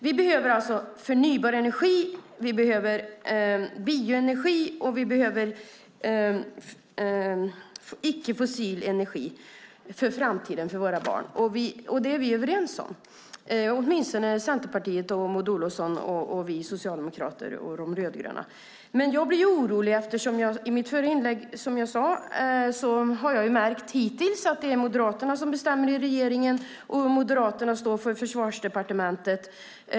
Vi behöver alltså förnybar energi, vi behöver bioenergi och vi behöver icke-fossil energi för framtiden och för våra barn. Det är vi överens om, åtminstone Centerpartiet, Maud Olofsson och vi rödgröna. Men jag blir orolig eftersom jag, som jag sade i mitt förra inlägg, hittills har märkt att det är Moderaterna som bestämmer i regeringen och det är Moderaterna som står för Försvarsdepartementet.